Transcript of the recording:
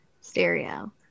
stereo